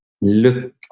look